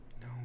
No